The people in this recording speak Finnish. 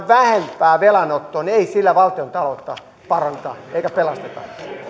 vähempään velanottoon niin ei sillä valtiontaloutta paranneta eikä pelasteta